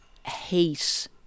Hate